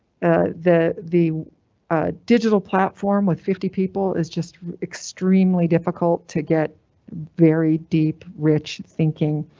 the the digital platform with fifty people is just extremely difficult to get very deep rich thinking.